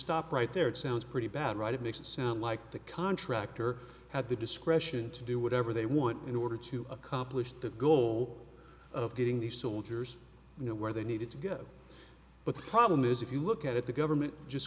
stop right there it sounds pretty bad right it makes it sound like the contractor had the discretion to do whatever they want in order to accomplish the goal of getting the soldiers you know where they needed to go but the problem is if you look at the government just